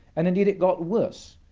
and indeed it got worse,